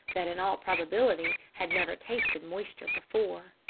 that in all probability had never tasted moisture before.